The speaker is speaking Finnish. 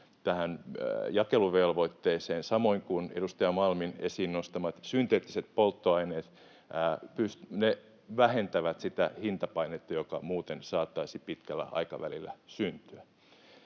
tähän jakeluvelvoitteeseen, samoin kuin edustaja Malmin esiin nostamat synteettiset polttoaineet, vähentää sitä hintapainetta, joka muuten saattaisi pitkällä aikavälillä syntyä.